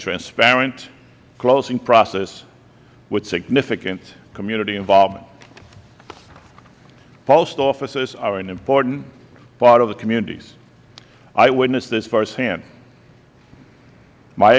transparent closing process with significant community involvement post offices are an important part of communities i witnessed this firsthand my